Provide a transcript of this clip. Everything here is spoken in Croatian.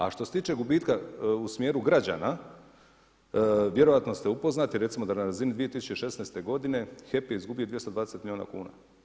A što se tiče gubitka u smjeru građana, vjerojatno ste upoznati, recimo da na razini 2016. g. HEP je izgubio 220 milijuna kuna.